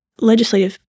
legislative